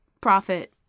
profit